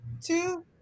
two